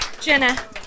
jenna